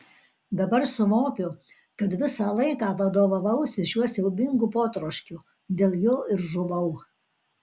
dabar suvokiu kad visą laiką vadovavausi šiuo siaubingu potroškiu dėl jo ir žuvau